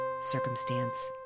circumstance